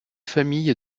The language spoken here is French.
famille